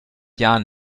jahren